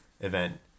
event